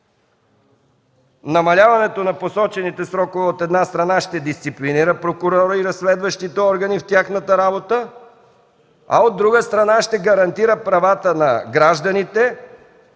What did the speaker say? Намаляването на посочените срокове, от една страна, ще дисциплинира прокурора и разследващите органи в тяхната работа, а от друга – ще гарантира правата на гражданите